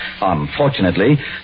Unfortunately